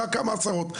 רק כמה עשרות.